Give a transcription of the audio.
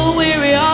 weary